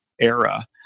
era